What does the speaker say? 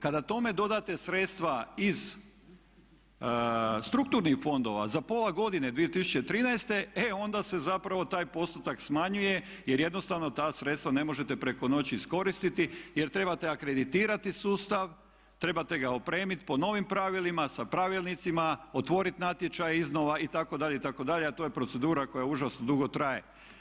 Kada tome dodate sredstva iz strukturnih fondova za pola godine 2013. e onda se zapravo taj postotak smanjuje, jer jednostavno ta sredstva ne možete preko noći iskoristiti jer trebate akreditirati sustav, trebate ga opremit po novim pravilima sa pravilnicima, otvorit natječaj iznova itd. itd. a to je procedura koja užasno dugo traje.